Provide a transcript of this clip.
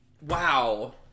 Wow